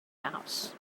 house